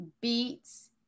beets